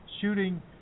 shooting